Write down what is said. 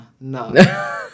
No